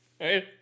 Right